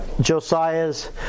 Josiah's